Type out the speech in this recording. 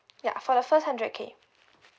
ya for the first hundred K